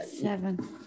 seven